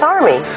Army